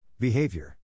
Behavior